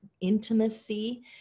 intimacy